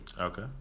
Okay